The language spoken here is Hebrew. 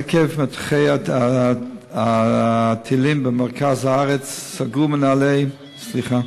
עקב מטחי הטילים במרכז הארץ, סגרו זמנית